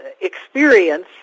experience